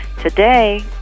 Today